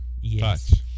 yes